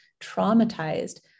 traumatized